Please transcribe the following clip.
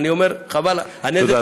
אני אומר "חבל" תודה, אדוני.